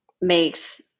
makes